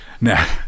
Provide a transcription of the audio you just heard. now